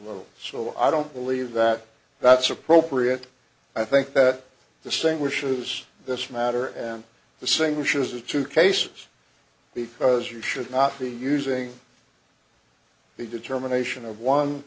low so i don't believe that that's appropriate i think that the same wishes this matter and the single issues the two cases because you should not be using the determination of one